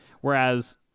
Whereas